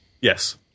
Yes